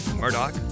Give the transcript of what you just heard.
Murdoch